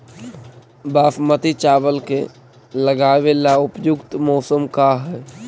बासमती चावल के लगावे ला उपयुक्त मौसम का है?